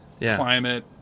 climate